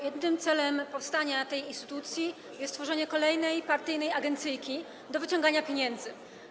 Jedynym celem powstania tej instytucji jest stworzenie kolejnej partyjnej agencyjki do wyciągania pieniędzy.